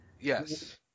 Yes